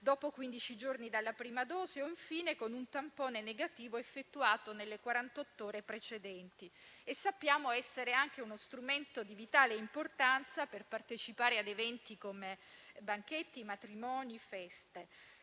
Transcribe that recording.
dopo quindici giorni dalla prima dose o, infine, con un tampone negativo effettuato nelle quarantotto ore precedenti. E sappiamo essere anche uno strumento di vitale importanza per partecipare a eventi come banchetti, matrimoni, feste.